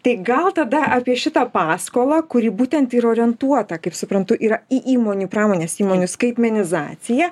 tai gal tada apie šitą paskolą kuri būtent ir orientuota kaip suprantu yra į įmonių pramonės įmonių skaitmenizaciją